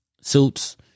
suits